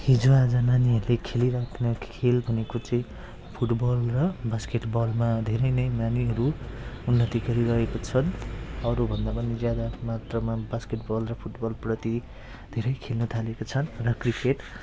हिजोआज नानीहरूले खेलिरहने खेल भनेको चाहिँ फुटबल र बास्केटबलमा धेरै नै नानीहरू उन्नति गरिरहेको छन् अरूभन्दा पनि ज्यादा मात्रामा बास्केटबल र फुटबलप्रति धेरै खेल्नथालेको छन् र क्रिकेट